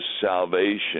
salvation